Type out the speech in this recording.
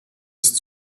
ist